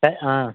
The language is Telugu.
సరే